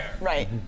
right